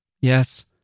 Yes